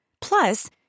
Plus